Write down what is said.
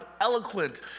eloquent